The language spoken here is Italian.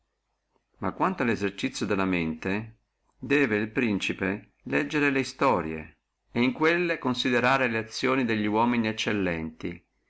ma quanto allo esercizio della mente debbe el principe leggere le istorie et in quelle considerare le azioni delli uomini eccellenti